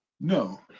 No